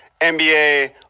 NBA